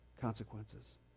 consequences